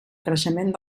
creixement